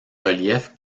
relief